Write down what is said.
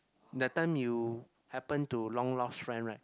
that time you happen to long lost friend right